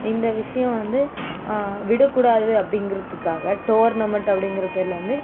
இந்த விஷயம் வந்து விடக்கூடாது அப்படிங்கிறதுக்காக டோர்னமெண்ட் அப்படிங்கிற பேரில் வந்து